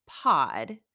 pod